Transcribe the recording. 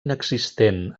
inexistent